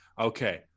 okay